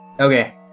okay